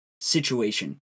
situation